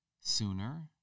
sooner